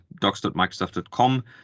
docs.microsoft.com